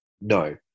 No